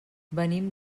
venim